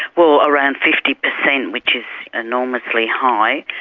well around fifty per cent, which is enormously high.